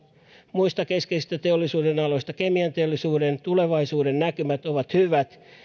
muista keskeisistä teollisuudenaloista kemianteollisuuden tulevaisuudennäkymät ovat hyvät